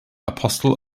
apostle